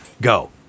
go